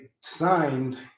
signed